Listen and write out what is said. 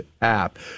app